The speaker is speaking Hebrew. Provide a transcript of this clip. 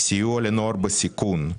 סיוע לנוער בסיכון,